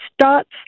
starts